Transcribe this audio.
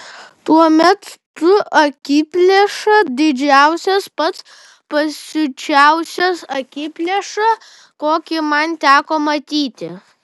tuomet tu akiplėša didžiausias pats pasiučiausias akiplėša kokį man teko matyti